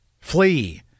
flee